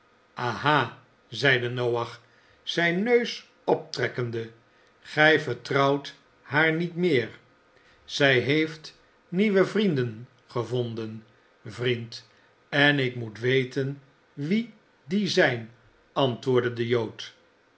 aha zeide noach zijn neus optrekkende gij vertrouwt haar niet meer zij heeft nieuwe vrienden gevonden vriend en ik moet weten wie die zijn antwoordde de jood